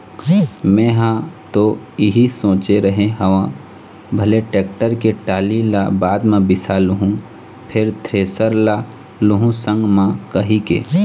मेंहा ह तो इही सोचे रेहे हँव भले टेक्टर के टाली ल बाद म बिसा लुहूँ फेर थेरेसर ल लुहू संग म कहिके